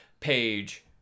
page